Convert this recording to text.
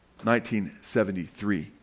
1973